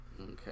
Okay